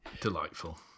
Delightful